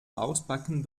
auspacken